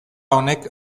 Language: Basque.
honek